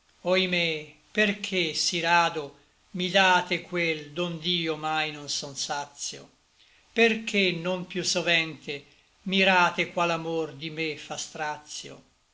grado oimè perché sí rado mi date quel dond'io mai non son satio perché non piú sovente mirate qual amor di me fa stracio